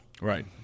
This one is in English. Right